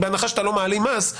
בהנחה שאתה לא מעלים מס.